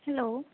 hello